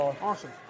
Awesome